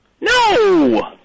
No